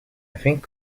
think